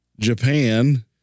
Japan